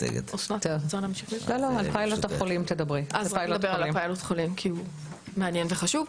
נדבר על הפיילוט חולים כי הוא מעניין וחשוב.